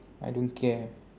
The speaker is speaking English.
I don't care